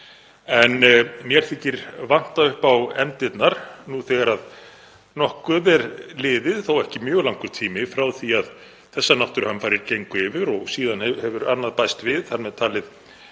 En mér þykir vanta upp á efndirnar nú þegar nokkuð er liðið, þó ekki mjög langur tími, frá því að þessar náttúruhamfarir gengu yfir. Síðan hefur annað bæst við, þar með talið